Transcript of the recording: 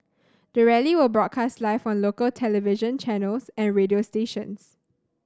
the rally will be broadcast live on local television channels and radio stations